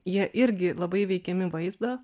jie irgi labai veikiami vaizdo